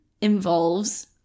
involves